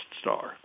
star